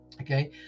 okay